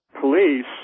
police